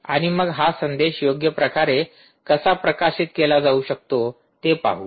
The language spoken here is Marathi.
आणि मग हा संदेश योग्यप्रकारे कसा प्रकाशित केला जाऊ शकतो ते पाहू